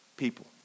people